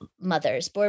mothers